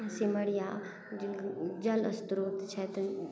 सिमरिया जल स्त्रोत छथि